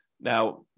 Now